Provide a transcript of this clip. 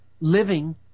living